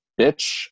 bitch